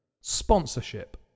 Sponsorship